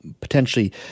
potentially